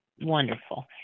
Wonderful